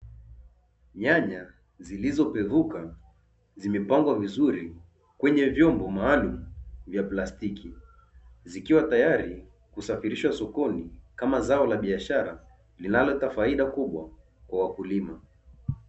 Nyanya zilizo pevuka zimepangwa vizuri kwenyd vyombo maalum vya plastiki, zikiwa tayari kusafirishwa sokoni kama zao la biashara linaloleta faida kubwa kwa wakulima.